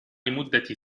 لمدة